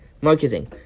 Marketing